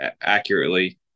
accurately